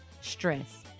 stress